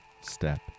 step